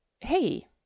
Hey